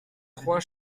trois